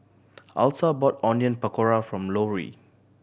Alta brought Onion Pakora for Lorri